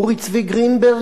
אורי צבי גרינברג,